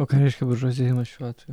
o ką reiškia buržuazėjimas šiuo atveju